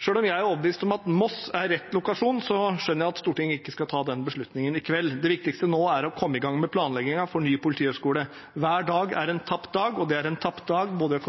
Selv om jeg er overbevist om at Moss er rett lokasjon, skjønner jeg at Stortinget ikke skal ta den beslutningen i kveld. Det viktigste nå er å komme i gang med planleggingen for en ny politihøgskole. Hver dag er en tapt dag, og det er en tapt dag både